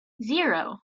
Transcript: zero